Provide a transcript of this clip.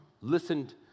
listened